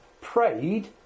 Prayed